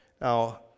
Now